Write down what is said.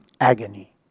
agony